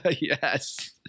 Yes